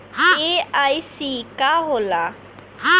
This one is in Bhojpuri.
एल.आई.सी का होला?